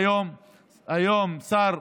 היום שר,